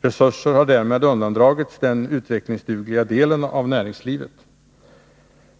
Resurser har därmed undandragits den utvecklingsdugliga delen av näringslivet.